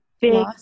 big